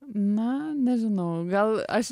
na nežinau gal aš